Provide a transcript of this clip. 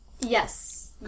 Yes